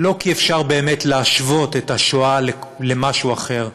לא כי אפשר באמת להשוות את השואה למשהו אחר,